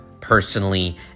Personally